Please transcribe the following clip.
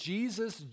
Jesus